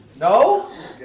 No